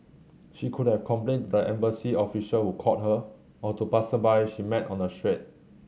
she could have complained to embassy official who called her or to passersby she met on the street